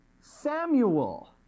Samuel